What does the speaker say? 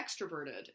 extroverted